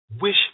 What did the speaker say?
wish